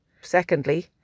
Secondly